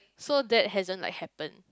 so that hasn't like happen